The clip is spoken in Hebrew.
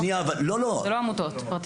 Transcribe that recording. זה לא עמותות פרטיות.